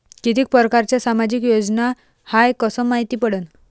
कितीक परकारच्या सामाजिक योजना हाय कस मायती पडन?